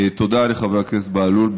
תודה לחבר הכנסת בהלול.